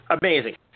Amazing